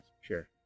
Sure